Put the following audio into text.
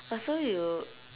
!huh! so you